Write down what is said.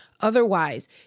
Otherwise